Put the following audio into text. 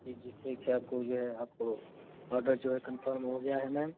जी जी ठीक है आपका जो है आपको ऑर्डर जो है कन्फर्म हो गया है मैम